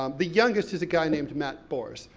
um the youngest is a guy named matt bors.